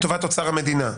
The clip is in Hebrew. לטובת אוצר המדינה.